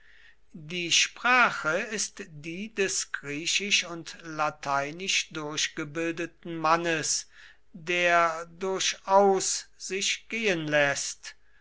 die sprache ist die des griechisch und lateinisch durchgebildeten mannes der durchaus sich gehen läßt